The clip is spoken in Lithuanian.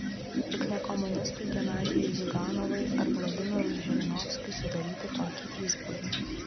juk ne komunistui genadijui ziuganovui ar vladimirui žirinovskiui sudaryti tokį įspūdį